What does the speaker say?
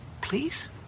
please